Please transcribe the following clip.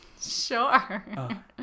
Sure